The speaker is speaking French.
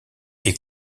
est